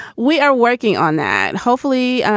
we are working on that. and hopefully,